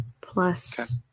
Plus